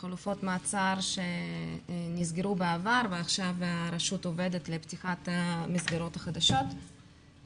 חלופות מעצר שנסגרו בעבר ועכשיו הרשות עובדת לפתיחת המסגרות החדשות,